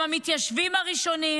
שהם המתיישבים הראשונים,